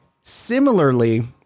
Similarly